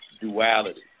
duality